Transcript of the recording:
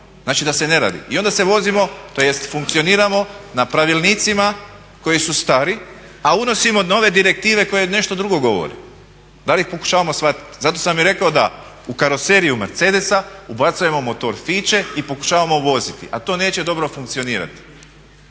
Znači da se ne radi. I onda se vozimo, tj. funkcioniramo na pravilnicima koji su stari a unosimo nove direktive koje nešto drugo govore. Da li ih pokušavamo shvatiti? Zato sam i rekao da u karoseriju mercedesa ubacujemo motor fiće i pokušavamo voziti a to neće dobro funkcionirati.